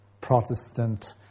Protestant